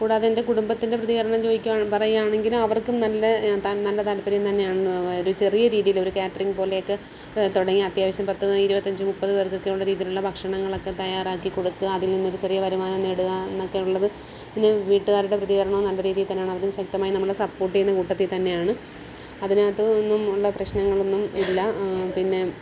കൂടാതെ എൻ്റെ കുടുംബത്തിൻ്റെ പ്രതികരണം പറയുകയാണെങ്കിൽ അവർക്കും നല്ല നല്ല താല്പര്യം തന്നെയാണ് അതായത് ചെറിയ രീതിയിൽ ഒരു ക്യാറ്ററിംഗ് പോലെയൊക്കെ തുടങ്ങി അത്യാവശ്യം പത്ത് ഇരുപത്തഞ്ച് മുപ്പത് പേർക്കൊക്കെയുള്ള രീതിയിലുള്ള ഭക്ഷണങ്ങളൊക്കെ തയ്യാറാക്കി കൊടുക്കുക അതിൽ നിന്നൊരു ചെറിയൊരു വരുമാനം നേടുക എന്നൊക്കെയുള്ളത് എൻ്റെ വീട്ടുകാരുടെ പ്രതികരണം നല്ല രീതിയിൽ തന്നെയാണ് അവരും ശക്തമായി നമ്മളെ സപ്പോർട്ട് ചെയ്യുന്ന കൂട്ടത്തിൽ തന്നെയാണ് അതിനകത്ത് നിന്നുമുള്ള പ്രശ്നങ്ങളൊന്നും ഇല്ല പിന്നെ